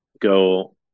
go